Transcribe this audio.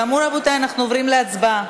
כאמור, רבותי, אנחנו עוברים להצבעה.